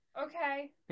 Okay